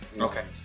Okay